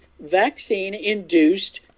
vaccine-induced